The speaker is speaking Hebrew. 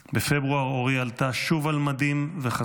בפברואר אורי עלתה שוב על מדים וחזרה